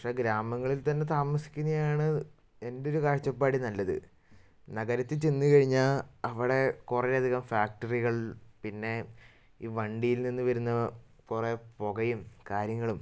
പക്ഷേ ഗ്രാമങ്ങളിൽ തന്നെ താമസിക്കുന്നതാണ് എൻ്റെ ഒരു കാഴ്ചപ്പാടിൽ നല്ലത് നഗരത്തിൽ ചെന്നു കഴിഞ്ഞാൽ അവിടെ കുറേയധികം ഫാക്റ്ററികൾ പിന്നെ ഈ വണ്ടിയിൽ നിന്ന് വരുന്ന കുറേ പുകയും കാര്യങ്ങളും